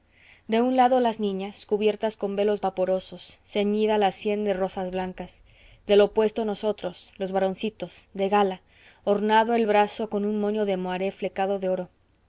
de un lado las niñas cubiertas con velos vaporosos ceñida la sién de rosas blancas del opuesto nosotros los varoncitos de gala ornado el brazo con un moño de moaré flecado de oro